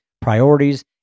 priorities